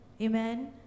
Amen